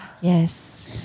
Yes